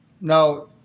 Now